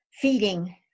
feeding